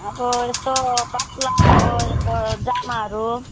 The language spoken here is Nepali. अब यस्तो पातला अब यस्तो जामाहरू